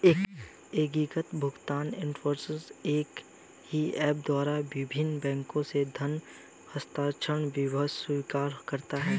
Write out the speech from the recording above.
एकीकृत भुगतान इंटरफ़ेस एक ही ऐप द्वारा विभिन्न बैंकों से धन हस्तांतरण स्वीकार करता है